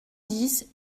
dix